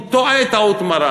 הוא טועה טעות מרה.